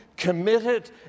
committed